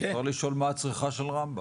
מותר לשאול מה הצריכה של רמב"ם.